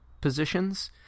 positions